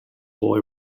boy